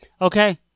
Okay